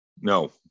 no